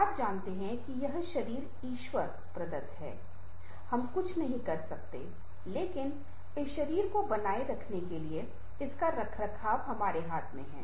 आप जानते हैं कि यह शरीर ईश्वर प्रदत्त है हम कुछ नहीं कर सकते लेकिन इस शरीर को बनाए रखने के लिए इसका रखरखाव हमारे हाथ में है